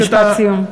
משפט סיום.